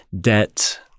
debt